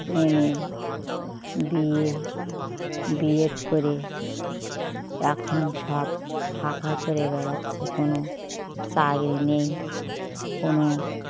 MA BA B Ed করে এখন সব খাঁ খাঁ করে বেড়াচ্ছে কোনো চাকরি নেই কোনো